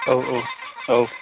औ औ औ